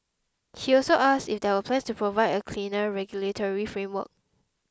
he also asked if there are plans to provide a clearer regulatory framework